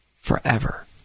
forever